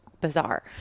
bizarre